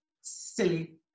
silly